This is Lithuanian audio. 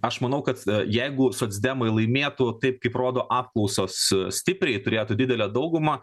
aš manau kad jeigu socdemai laimėtų taip kaip rodo apklausos stipriai turėtų didelę daugumą